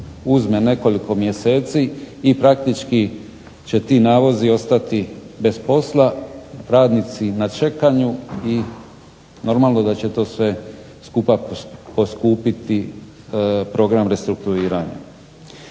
uzme nekoliko mjeseci praktički će ti navozi ostati bez posla, radnici na čekanju i normalno da će to sve skupa poskupiti program restrukturiranja.